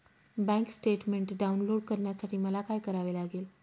Bank statement download करण्यासाठी मला काय करावे लागेल?